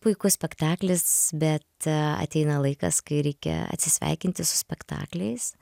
puikus spektaklis bet ateina laikas kai reikia atsisveikinti su spektakliais